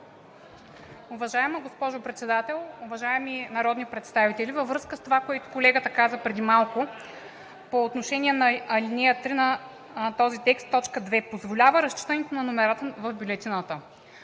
Уважаема госпожо Председател, уважаеми народни представители! Във връзка с това, което колегата каза преди малко по отношение на ал. 3 на този текст, т. 2 – позволява разчитането на номерата в бюлетината.